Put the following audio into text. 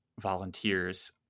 volunteers